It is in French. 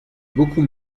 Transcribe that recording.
beaucoup